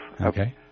Okay